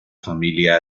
familia